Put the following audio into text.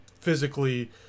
physically –